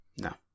No